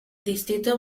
distrito